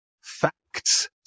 facts